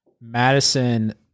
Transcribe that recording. Madison